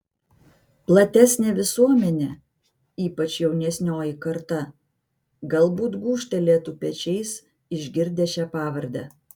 platesnė visuomenė ypač jaunesnioji karta galbūt gūžtelėtų pečiais išgirdę šią pavardę